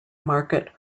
market